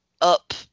up